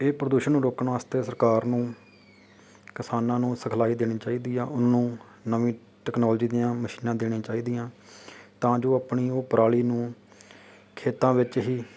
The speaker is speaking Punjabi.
ਇਹ ਪ੍ਰਦੂਸ਼ਣ ਨੂੰ ਰੋਕਣ ਵਾਸਤੇ ਸਰਕਾਰ ਨੂੰ ਕਿਸਾਨਾਂ ਨੂੰ ਸਿਖਲਾਈ ਦੇਣੀ ਚਾਹੀਦੀ ਆ ਉਹਨੂੰ ਨਵੀਂ ਟੈਕਨੋਲੋਜੀ ਦੀਆਂ ਮਸ਼ੀਨਾਂ ਦੇਣੀਆਂ ਚਾਹੀਦੀਆਂ ਤਾਂ ਜੋ ਆਪਣੀ ਉਹ ਪਰਾਲੀ ਨੂੰ ਖੇਤਾਂ ਵਿੱਚ ਹੀ